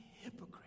hypocrite